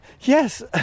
yes